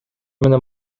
менен